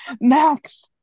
Max